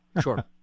Sure